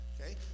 okay